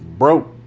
Broke